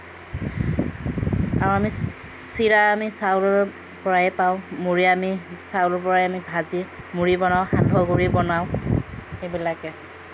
আৰু আমি চিৰা আমি চাউলৰ পৰাই পাওঁ মুড়ি আমি চাউলৰ পৰাই আমি ভাজি মুড়ি বনাওঁ সান্দহ গুড়ি বনাওঁ সেইবিলাকেই